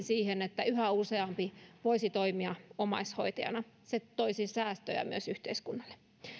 siihen että yhä useampi voisi toimia omaishoitajana se toisi säästöjä myös yhteiskunnalle